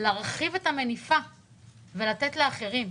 מקומית להרחיב את המניפה ולתת לאחרים,